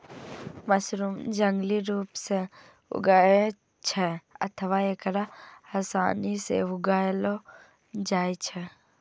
mushroom जंगली रूप सं उगै छै अथवा एकरा आसानी सं उगाएलो जाइ छै